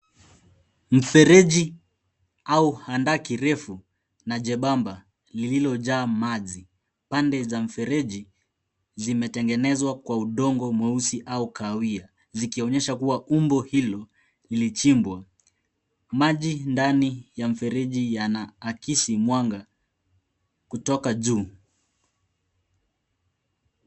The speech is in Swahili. Mfereji au handaki refu na jembamba lililojaa maji. Pande za mfereji zimetengenezwa kwa udongo mweusi au kahawia, zikionyesha kuwa umbo hilo lilichimbwa. Maji ndani ya mfereji yanaakisi mwanga kutoka juu.